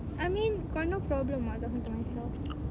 I mean got no problem mah talking to myself